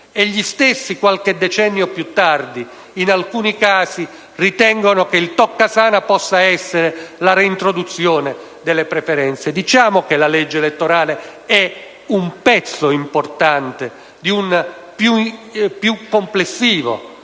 persone, qualche decennio più tardi, in alcuni casi, ritengono che il toccasana possa essere la reintroduzione delle preferenze. Diciamo che la legge elettorale è un pezzo importante di un più complessivo